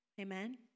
amen